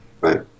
Right